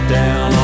down